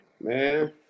Man